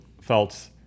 felt